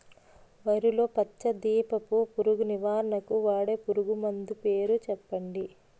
వరిలో పచ్చ దీపపు పురుగు నివారణకు వాడే పురుగుమందు పేరు చెప్పండి?